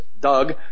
Doug